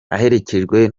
aherekejwe